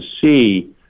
see